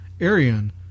Arian